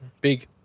Big